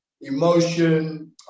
emotion